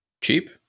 Cheap